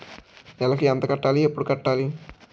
నెలకు ఎంత కట్టాలి? ఎప్పుడు కట్టాలి?